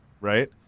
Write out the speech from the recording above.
right